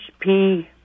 HP